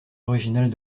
originales